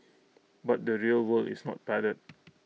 but the real world is not padded